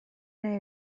nahi